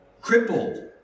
Crippled